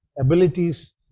abilities